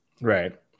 Right